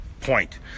point